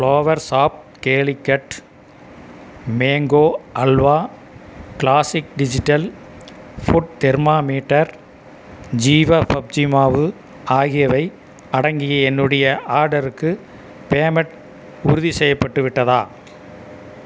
flavours of Calicut mango halwa classic digital food thermometer Jeeva PUBG மாவு ஆகியவை அடங்கிய என்னுடைய ஆடருக்கு பேமெண்ட் உறுதிசெய்யப்பட்டு விட்டதா